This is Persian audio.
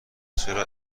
چرا